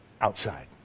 outside